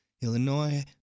Illinois